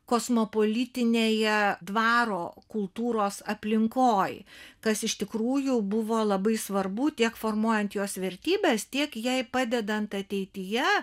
kosmopolitinėje dvaro kultūros aplinkoj kas iš tikrųjų buvo labai svarbu tiek formuojant jos vertybes tiek jai padedant ateityje